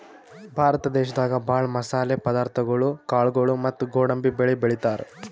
ಭಾರತ ದೇಶದಾಗ ಭಾಳ್ ಮಸಾಲೆ ಪದಾರ್ಥಗೊಳು ಕಾಳ್ಗೋಳು ಮತ್ತ್ ಗೋಡಂಬಿ ಬೆಳಿ ಬೆಳಿತಾರ್